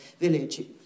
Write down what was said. village